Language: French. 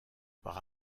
par